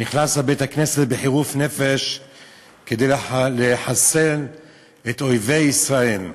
נכנס לבית-הכנסת בחירוף נפש כדי לחסל את אויבי ישראל.